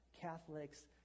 Catholics